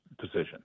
position